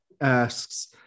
asks